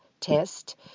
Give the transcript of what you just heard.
test